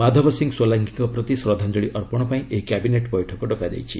ମାଧବସିଂ ସୋଲାଙ୍କି ଙ୍କ ପ୍ରତି ଶ୍ରଦ୍ଧାଞ୍ଚଳି ଅର୍ପଣ ପାଇଁ ଏହି କ୍ୟାବିନେଟ୍ ବୈଠକ ଡକାଯାଇଛି